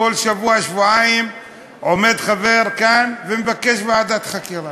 כל שבוע-שבועיים עומד חבר כאן ומבקש ועדת חקירה.